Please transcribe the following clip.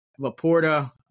Laporta